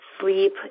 sleep